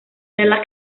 nella